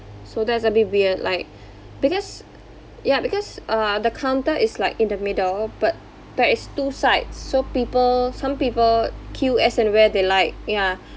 so that's a bit weird like because ya because uh the counter is like in the middle but there is two sides so people some people queue as and where they like ya